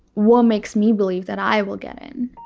what makes me believe that i will get in